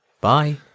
Bye